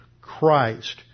Christ